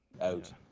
out